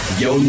yo